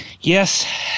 Yes